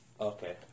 okay